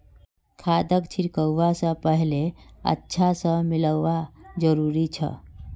खादक छिड़कवा स पहले अच्छा स मिलव्वा जरूरी छ